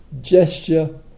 gesture